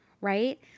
right